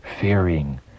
fearing